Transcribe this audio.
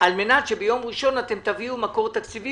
על מנת שביום ראשון אתם תביאו מקור תקציבי